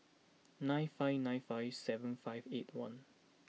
nine five nine five seven five eight one